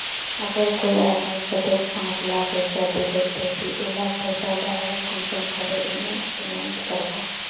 अगर कोई आदमी कतेक पाँच लाख रुपया दिले ते ती उला पैसा डायरक कुंसम करे इन्वेस्टमेंट करबो?